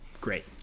great